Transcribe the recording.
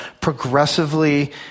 progressively